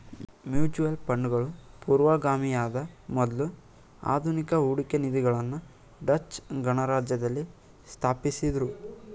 mutual ಫಂಡ್ಗಳು ಪೂರ್ವಗಾಮಿಯಾದ ಮೊದ್ಲ ಆಧುನಿಕ ಹೂಡಿಕೆ ನಿಧಿಗಳನ್ನ ಡಚ್ ಗಣರಾಜ್ಯದಲ್ಲಿ ಸ್ಥಾಪಿಸಿದ್ದ್ರು